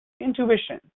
Intuition